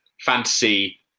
fantasy